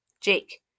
Jake